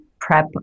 prep